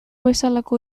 bezalako